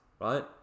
right